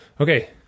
Okay